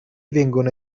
vengono